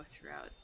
throughout